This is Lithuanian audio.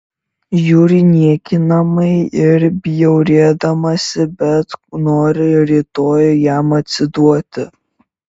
žiūri niekinamai ir bjaurėdamasi bet nori rytoj jam atsiduoti